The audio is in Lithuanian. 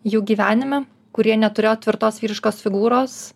jų gyvenime kurie neturėjo tvirtos vyriškos figūros